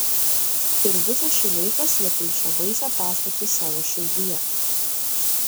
ir visą šį laiką slėpei šią baisią paslaptį savo širdyje